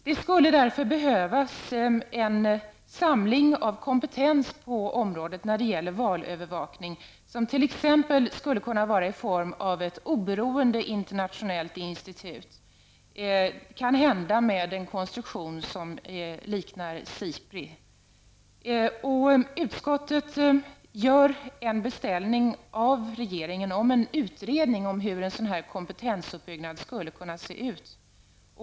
Det skulle därför när det gäller valövervakning behövas en samling av kompetens, t.ex. i form av ett oberoende internationellt institut, kanhända med en konstruktion liknande SIPRIs. Utskottet gör hos regeringen en beställning av en utredning om hur en sådan kompetensuppbyggnad skulle kunna se ut.